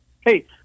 Hey